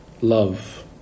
love